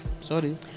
Sorry